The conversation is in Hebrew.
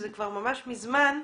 שזה כבר ממש מזמן,